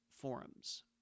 forums